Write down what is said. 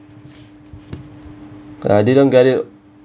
could I didn't get it